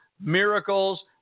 miracles